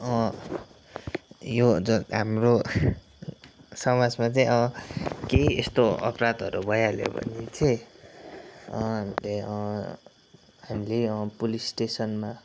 अँ यो ज हाम्रो समाजमा चाहिँ केही यस्तो अपराधहरू भइहाल्यो भने चाहिँ हामीले हामीले पुलिस स्टेसनमा